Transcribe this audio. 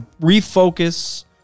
refocus